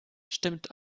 stimmt